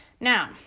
Now